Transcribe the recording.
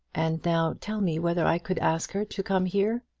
and now tell me whether i could ask her to come here.